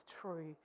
true